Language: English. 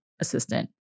assistant